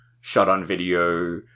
shot-on-video